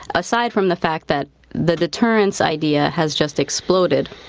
aside from the fact that the deterrence idea has just exploded.